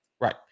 Right